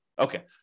Okay